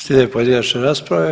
Slijede pojedinačne rasprave.